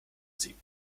sie